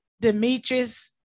Demetrius